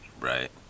Right